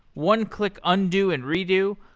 one click undo and redo,